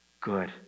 good